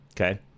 Okay